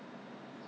but what is it for